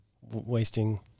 wasting